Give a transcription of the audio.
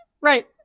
right